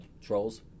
Trolls